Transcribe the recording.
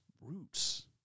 roots